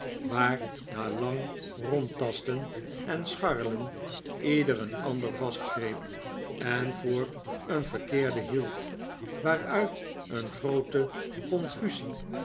waar na lang rondtasten en scharrelen ieder een ander vastgreep en voor een verkeerden hield waaruit een groote confusie